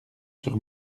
sur